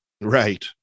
Right